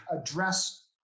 address